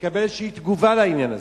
לקבל איזו תגובה לעניין הזה.